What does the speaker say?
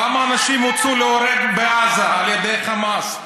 כמה אנשים הוצאו להורג בעזה על ידי חמאס?